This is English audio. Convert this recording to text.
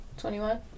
21